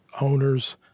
owners